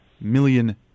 million